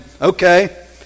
Okay